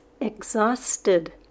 exhausted